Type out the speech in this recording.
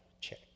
check